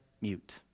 mute